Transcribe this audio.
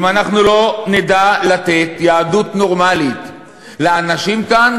אם אנחנו לא נדע לתת יהדות נורמלית לאנשים כאן,